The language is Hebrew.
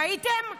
ראיתם?